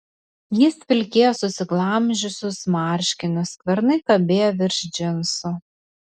jis vilkėjo susiglamžiusius marškinius skvernai kabėjo virš džinsų